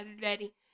daddy